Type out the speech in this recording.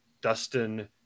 Dustin